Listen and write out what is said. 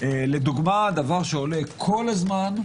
לדוגמה דבר שעולה כל הזמן,